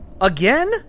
Again